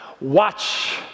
watch